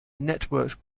networked